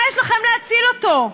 מה יש לכם להציל אותו?